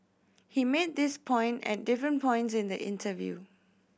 he made this point at different points in the interview